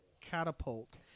catapult